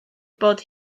bod